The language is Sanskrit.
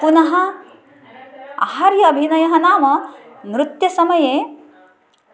पुनः आहार्य अभिनयः नाम नृत्यसमये